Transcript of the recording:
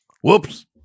Whoops